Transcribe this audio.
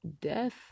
death